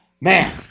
man